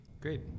Great